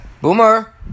Boomer